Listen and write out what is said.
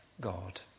God